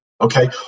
Okay